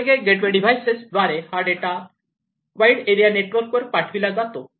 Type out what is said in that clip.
वेगवेगळ्या gateway devices द्वारे हा डेटा वाईड एरिया नेटवर्क वर पाठविला जातो